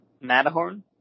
Matterhorn